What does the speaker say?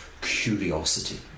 curiosity